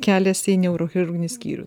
kelias į neurochirurginį skyrių